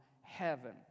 heaven